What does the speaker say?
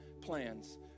plans